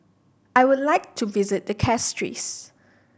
I would like to visit the Castries